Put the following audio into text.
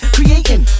Creating